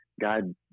God